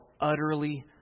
utterly